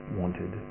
wanted